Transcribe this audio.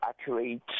accurate